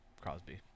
Crosby